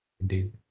Indeed